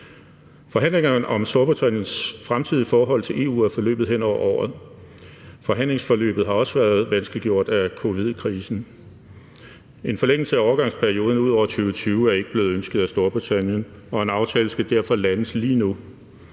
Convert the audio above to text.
Forhandlingerne om Storbritanniens fremtidige forhold til EU er forløbet hen over året, og forhandlingsforløbet har også været vanskeliggjort af covid-krisen. En forlængelse af overgangsperioden ud over 2020 er ikke blevet ønsket af Storbritannien, og en aftale skal derfor landes lige nu.